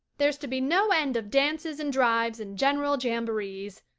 there's to be no end of dances and drives and general jamborees.